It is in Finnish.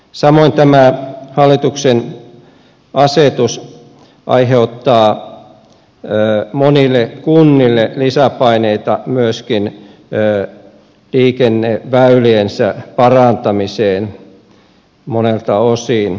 samoin tämä hallituksen asetus aiheuttaa monille kunnille lisäpaineita liikenneväyliensä parantamiseen monelta osin